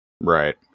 Right